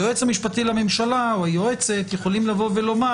היועצת המשפטית לממשלה יכולה לבוא ולומר